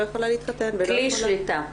יכולה להתחתן ולא יכולה --- כלי שליטה.